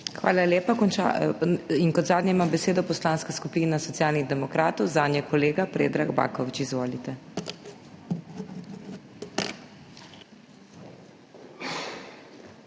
Hvala lepa. Kot zadnja ima besedo Poslanska skupina Socialnih demokratov, zanjo kolega Predrag Baković. Izvolite. PREDRAG